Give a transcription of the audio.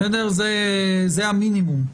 זה המינימום.